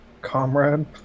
Comrade